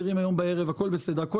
אז אל